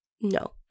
No